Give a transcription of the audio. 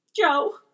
Joe